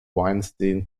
weinstein